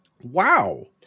Wow